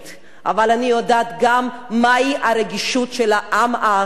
אבל אני יודעת גם מהי הרגישות של העם הארמני,